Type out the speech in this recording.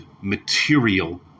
material